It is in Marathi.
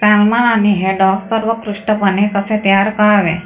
सॅल्मन आणि हॅडॉक सर्वोत्कृष्टपणे कसे तयार करावे